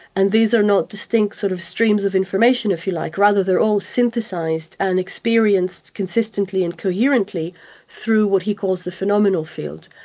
and these are not distinct sort of streams of information if you like. rather they're all synthesised and experienced consistently and coherently through what he calls the phenomenal field.